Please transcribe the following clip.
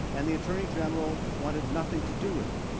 and the attorney general wanted nothing to do with it.